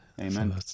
Amen